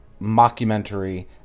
mockumentary